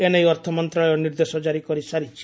ଏ ନେଇ ଅର୍ଥମନ୍ତ୍ରଣାଳୟ ନିର୍ଦ୍ଦେଶ ଜାରି କରିସାରିଛି